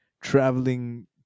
traveling